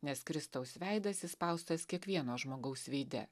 nes kristaus veidas įspaustas kiekvieno žmogaus veide